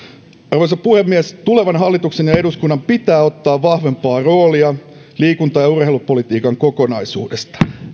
arvoisa puhemies tulevan hallituksen ja eduskunnan pitää ottaa vahvempaa roolia liikunta ja urheilupolitiikan kokonaisuudesta